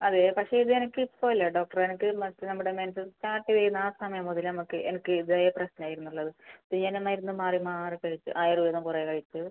അതെ പക്ഷെ ഇത് എനിക്ക് ഇപ്പോൾ അല്ല ഡോക്ടറെ എനിക്ക് മറ്റേ നമ്മുടെ മെൻസസ് സ്റ്റാർട്ട് ചെയ്യുന്ന ആ സമയം മുതൽ നമ്മൾക്ക് എനിക്ക് ഇതേ പ്രശ്നമായിരുന്നു ഉള്ളത് പിന്നെ ഞാൻ മരുന്ന് മാറി മാറി കഴിച്ച് ആയുർവ്വേദം കുറേ കഴിച്ച്